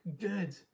good